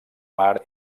mar